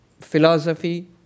philosophy